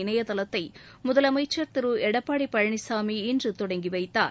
இணையதளத்தை முதலமைச்சர் திரு எடப்பாடி பழனிசாமி இன்று தொடங்கி வைத்தார்